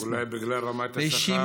אולי בגלל רמת השכר?